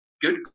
good